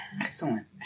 Excellent